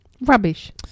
Rubbish